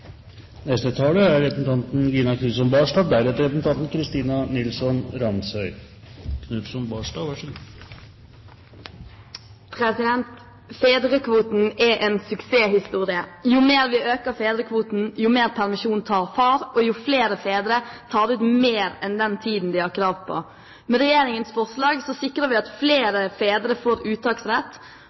Fedrekvoten er en suksesshistorie. Jo mer vi øker fedrekvoten, jo mer permisjon tar far, og jo flere fedre tar ut mer enn den tiden de har krav på. Med regjeringens forslag sikrer vi at flere fedre får uttaksrett,